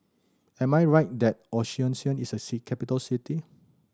am I right that Asuncion is a capital city